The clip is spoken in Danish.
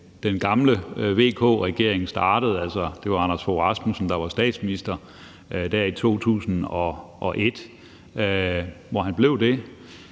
den gamle VK-regering startede der i 2001 – det var Anders Fogh Rasmussen, der var statsminister – var det